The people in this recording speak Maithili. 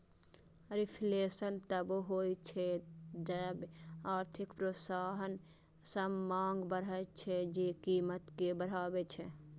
रिफ्लेशन तबो होइ छै जब आर्थिक प्रोत्साहन सं मांग बढ़ै छै, जे कीमत कें बढ़बै छै